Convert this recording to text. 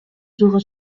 жылга